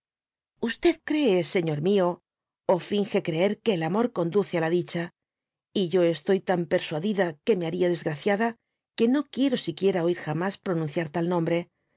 hacer cree señor mió ó finge creer que el amor conduce á la dicha y yo estoy tan persuadida que me baria desgraciada que no quiero siquiera oír jamas pronunciar tal nombre